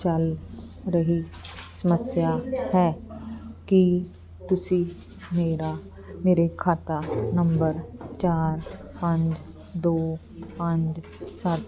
ਚੱਲ ਰਹੀ ਸਮੱਸਿਆ ਹੈ ਕੀ ਤੁਸੀਂ ਮੇਰਾ ਮੇਰੇ ਖਾਤਾ ਨੰਬਰ ਚਾਰ ਪੰਜ ਦੋ ਪੰਜ ਸੱਤ